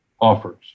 offers